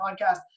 podcast